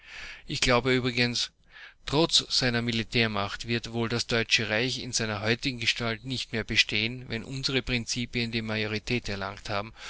ich glaube übrigens trotz seiner militärmacht wird wohl das deutsche reich in seiner heutigen gestalt nicht mehr bestehen wenn unsere prinzipien die majorität erlangt haben